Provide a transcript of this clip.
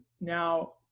now